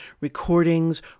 recordings